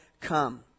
come